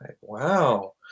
Wow